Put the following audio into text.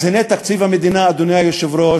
אז הנה, תקציב המדינה, אדוני היושב-ראש,